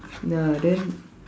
ya then